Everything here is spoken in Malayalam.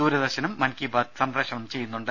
ദൂരദർശനും മൻകി ബാത് സംപ്രേഷണം ചെയ്യുന്നുണ്ട്